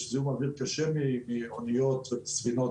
ויש זיהום אוויר קשה מאניות ומספינות,